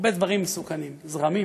הרבה דברים מסוכנים, זרמים,